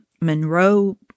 Monroe